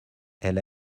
elle